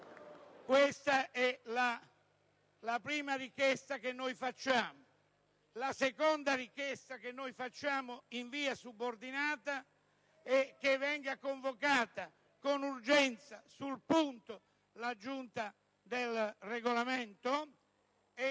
Questa è la prima richiesta che noi facciamo. La seconda richiesta, che facciamo in via subordinata, è che venga convocata con urgenza sul punto la Giunta per il Regolamento.